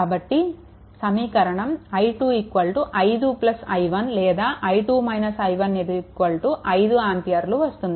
కాబట్టి సమీకరణం i2 5 i1 లేదా i2 i1 5 ఆంపియర్లు వస్తుంది